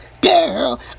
Girl